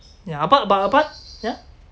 yeah what about that part yeah